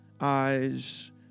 eyes